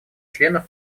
членов